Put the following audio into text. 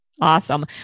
Awesome